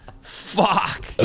Fuck